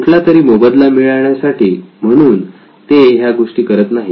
कुठलातरी मोबदला मिळवण्यासाठी म्हणून ते ह्या गोष्टी करत नाहीत